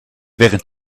während